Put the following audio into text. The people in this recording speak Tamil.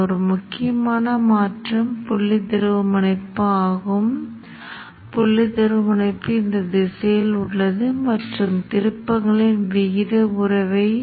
கடந்த முறை நாம் PWM தொகுதி பற்றி விவாதிக்கும் போது PWM தொகுதிக்குள் இருக்கும் இந்த முக்கோணம் 1 இலிருந்து 1 க்கு மாறுகிறது என்று விவாதித்தோம் என்பதை நினைவில் வைத்திருக்க வேண்டும்